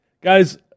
guys